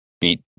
beat